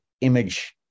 image